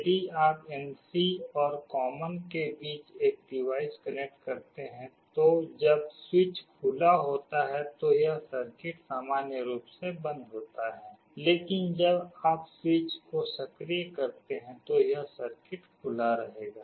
यदि आप NC और कॉमन के बीच एक डिवाइस कनेक्ट करते हैं तो जब स्विच खुला होता है तो यह सर्किट सामान्य रूप से बंद होता है लेकिन जब आप स्विच को सक्रिय करते हैं तो यह सर्किट खुला रहेगा